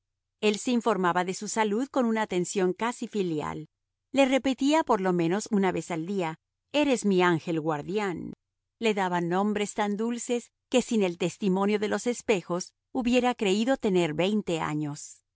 el se informaba de su salud con una atención casi filial le repetía por lo menos una vez al día eres mi ángel guardián le daba nombres tan dulces que sin el testimonio de los espejos hubiera creído tener veinte años